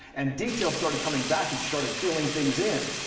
and details started coming back and she started filling things in.